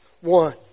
one